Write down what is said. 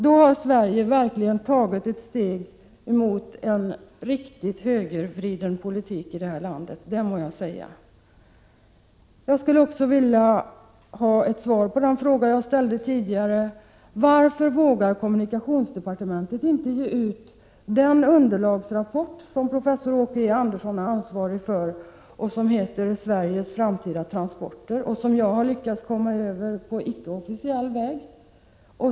Då har Sverige verkligen tagit ett steg mot en riktigt högervriden politik — det må jag säga. Jag skulle också vilja ha svar på den fråga jag ställde tidigare: Varför vågar kommunikationsdepartementet inte ge ut den underlagsrapport som professor Åke E Andersson är ansvarig för och som heter Sveriges framtida transporter. Jag har lyckats komma över den på ickeofficiell väg.